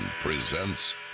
presents